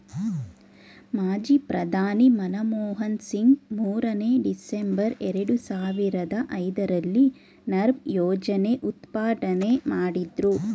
ಮಾಜಿ ಪ್ರಧಾನಿ ಮನಮೋಹನ್ ಸಿಂಗ್ ಮೂರನೇ, ಡಿಸೆಂಬರ್, ಎರಡು ಸಾವಿರದ ಐದರಲ್ಲಿ ನರ್ಮ್ ಯೋಜನೆ ಉದ್ಘಾಟನೆ ಮಾಡಿದ್ರು